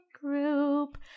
group